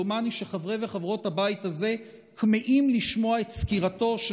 דומני שחברי וחברות הבית הזה כמהים לשמוע את סקירתו של